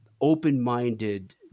open-minded